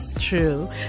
True